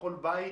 בכל בית,